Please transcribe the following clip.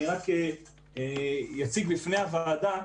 אני אציג בפני הוועדה.